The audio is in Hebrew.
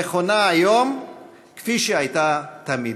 נכונה היום כפי שהייתה תמיד.